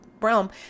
realm